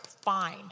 fine